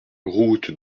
route